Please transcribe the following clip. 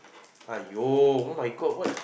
aiyo oh-my-God what